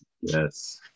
Yes